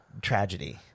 tragedy –